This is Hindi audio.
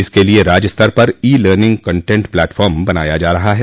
इसके लिए राज्य स्तर पर ई लर्निग कंटेंट प्लेटफार्म बनाया जा रहा है